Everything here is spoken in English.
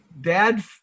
Dad